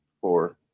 Four